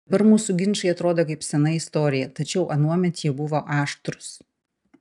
dabar mūsų ginčai atrodo kaip sena istorija tačiau anuomet jie buvo aštrūs